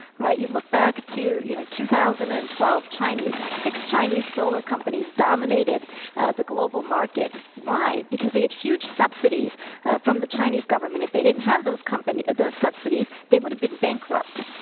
right? you look back to, you know, two thousand and twelve, chinese six chinese solar companies dominated ah the global market. why? because they had huge subsidies from the chinese government. if they didn't have those companies those subsidies, they would have been bankrupt,